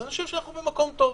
אז אני חושב שאנחנו במקום טוב.